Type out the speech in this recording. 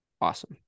Awesome